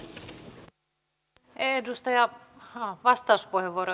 arvoisa rouva puhemies